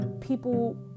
people